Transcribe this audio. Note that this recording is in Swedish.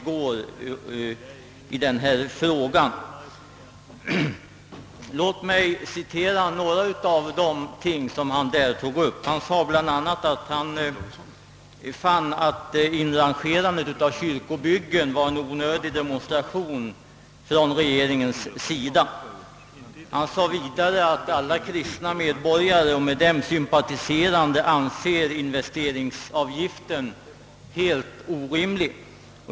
Låt mig nu erinra om några detaljer i herr Fridolfssons inlägg. Han fann bl. å. att inrangerandet av kyrkobyggen under avgiftsbelagt byggande var en onödig demonstration av regeringen. Vidare förklarade han att alla kristna medborgare och med dem sympatiserande anser investeringsavgiften vara helt orimlig.